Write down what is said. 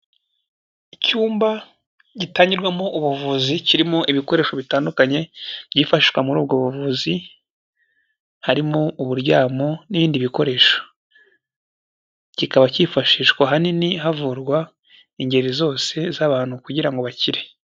Icyumba gitangirwamo ubuvuzi kirimo ibikoresho bitandukanye byifashishwa muri ubwo buvuzi harimo: uburyamo n'ibindi bikoresho, kikaba cyifashishwa ahanini havurwa ingeri zose z'abantu kugira ngo bakire.